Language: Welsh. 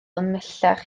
ymhellach